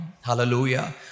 Hallelujah